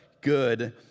good